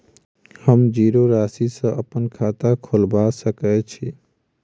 हम जीरो राशि सँ अप्पन खाता खोलबा सकै छी?